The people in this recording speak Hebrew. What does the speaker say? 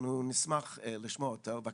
אנחנו נשמח לשמוע אותו בבקשה.